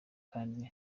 kandi